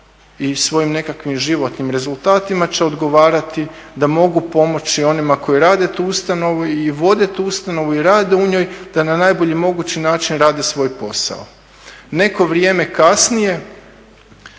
i svojim nekakvim životnim rezultatima će odgovarati da mogu pomoći onima koji rade tu ustanovu, i vode tu ustanovu, i rade u njoj da na najbolji mogući način rade svoj posao. Neko vrijeme kasnije